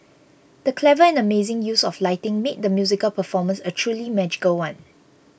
the clever and amazing use of lighting made the musical performance a truly magical one